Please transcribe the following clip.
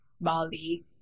Bali